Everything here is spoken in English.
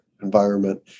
Environment